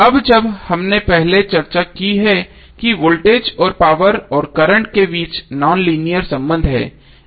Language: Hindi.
अब जब हमने पहले चर्चा की है कि वोल्टेज और पावर और करंट के बीच नॉन लीनियर संबंध है